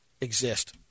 exist